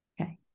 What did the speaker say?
Okay